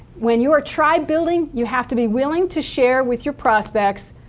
when you're tribe building you have to be willing to share with your prospects,